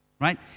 right